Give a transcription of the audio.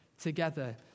together